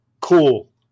Cool